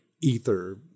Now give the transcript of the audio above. ether